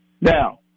Now